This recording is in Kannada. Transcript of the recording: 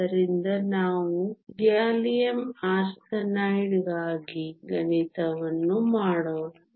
ಆದ್ದರಿಂದ ನಾವು ಗ್ಯಾಲಿಯಮ್ ಆರ್ಸೆನೈಡ್ಗಾಗಿ ಗಣಿತವನ್ನು ಮಾಡೋಣ